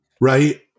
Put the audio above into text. right